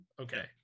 okay